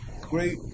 great